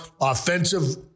offensive